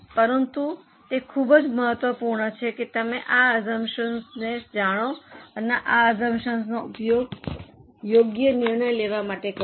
પરંતુ શરૂઆતમાં તે ખૂબ જ મહત્વપૂર્ણ છે કે તમે આ અસ્સુમ્પ્શન્સને જાણો અને આ અસ્સુમ્પ્શન્સનો ઉપયોગ યોગ્ય નિર્ણય લેવા માટે કરો